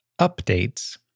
updates